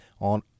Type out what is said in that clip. on